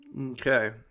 Okay